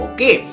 Okay